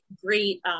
great